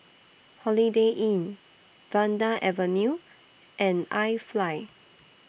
Holiday Inn Vanda Avenue and IFly